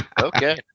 Okay